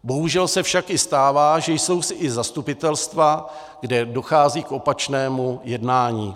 Bohužel se však i stává, že jsou i zastupitelstva, kde dochází k opačnému jednání.